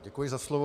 Děkuji za slovo.